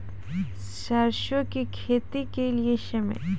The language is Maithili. सरसों की खेती के लिए समय?